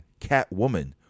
Catwoman